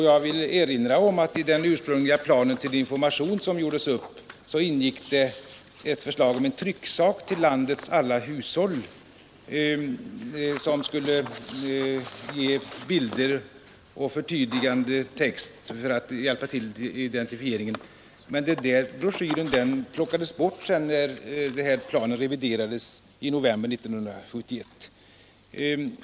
Jag vill erinra om att det i den = Nr 128 ursprungligen uppgjorda informationsplanen för reformen ingick förslag Torsdagen den om en trycksak till landets alla hushåll, med bilder och förtydligande text 30 november 1972 för att underlätta identifieringen. Denna broschyr plockades emellertid bort när planen reviderades i november 1971.